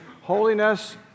holiness